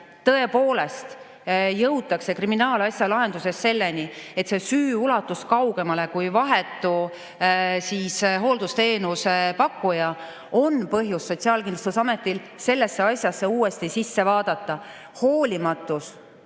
tõepoolest jõutakse kriminaalasja lahenduses selleni, et see süü ulatus kaugemale vahetust hooldusteenuse pakkujast, on Sotsiaalkindlustusametil põhjust sellesse asjasse uuesti sisse vaadata. Hoolimatus,